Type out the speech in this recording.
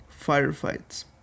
firefights